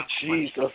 Jesus